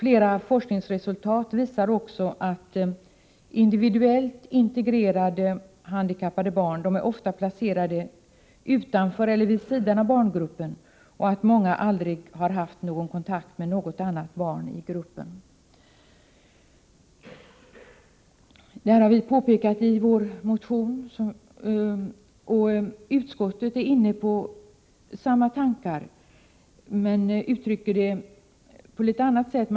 Flera forskningsresultat visar att individuellt integrerade handikappade barn ofta är placerade utanför eller vid sidan av barngruppen och att många aldrig har haft någon kontakt med något annat barn i gruppen. Detta har vi påpekat i vår motion, och utskottet är inne på samma tankar men uttrycker det på ett litet annat sätt.